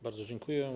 Bardzo dziękuję.